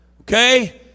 okay